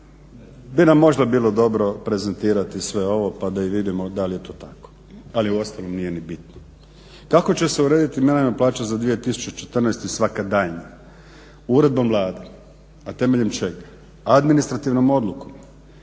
bi nam možda bilo dobro prezentirati sve ovo pa da i vidimo da li je to tako. Ali uostalom nije ni bitno. Kako će se urediti minimalna plaća za 2014. i svaka daljnja? Uredbom Vlade, a temeljem čega? Administrativnom odlukom.